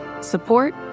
support